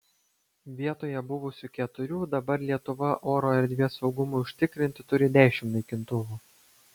vietoje buvusių keturių dabar lietuva oro erdvės saugumui užtikrinti turi dešimt naikintuvų